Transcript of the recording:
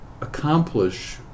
accomplish